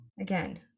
Again